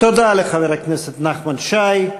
תודה לחבר הכנסת נחמן שי.